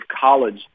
college